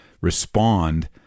respond